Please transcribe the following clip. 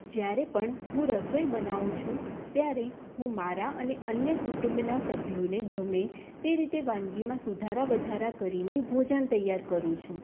જ્યારે પણ હું રસોઈ બનાવું છું ત્યારે હું મારા અને અન્ય કુટુંબના સભ્યોને ગમે તે રીતે વાનગીમાં સુધારા વધારા કરીને ભોજન તૈયાર કરું છું